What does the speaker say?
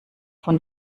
von